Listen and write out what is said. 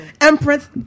empress